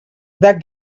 that